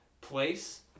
place